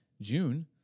June